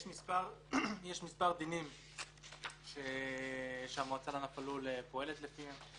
יש מספר דינים שהמועצה לענף הלול פועלת לפיהם,